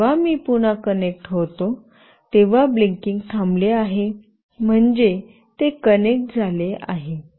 आणि जेव्हा मी पुन्हा कनेक्ट होतो तेव्हा ब्लिंकिंग थांबले आहे म्हणजे ते कनेक्ट झाले आहे